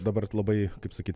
dabar labai kaip sakyt